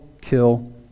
kill